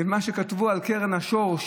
מה שכתבו על קרן השור,